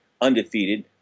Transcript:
undefeated